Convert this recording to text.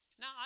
Now